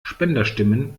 spenderstimmen